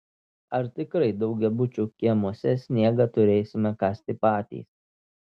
ar tikrai daugiabučių kiemuose sniegą turėsime kasti patys